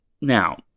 Now